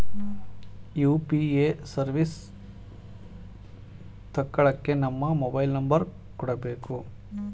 UPA service ತಕ್ಕಳ್ಳಕ್ಕೇ ನಮ್ಮ mobile number ಕೊಡಬೇಕು